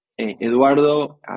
Eduardo